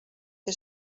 que